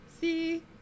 See